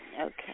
Okay